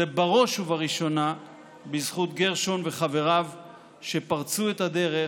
זה בראש ובראשונה בזכות גרשון וחבריו שפרצו את הדרך,